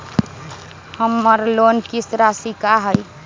हमर लोन किस्त राशि का हई?